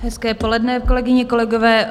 Hezké poledne, kolegyně, kolegové.